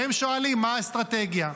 והם שואלים מה האסטרטגיה?